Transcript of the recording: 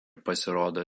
pasirodo